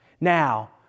Now